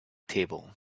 table